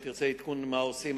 אם תרצה עדכון מה עושים,